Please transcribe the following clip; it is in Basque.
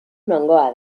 nongoa